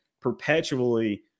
perpetually